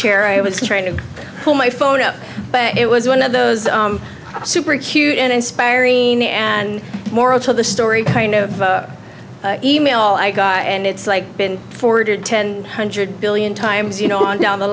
chair i was trying to pull my phone up but it was one of those super cute and inspiring and moreover the story kind of e mail i got and it's like been forwarded ten hundred billion times you know down the